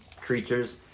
creatures